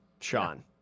Sean